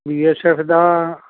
B S F the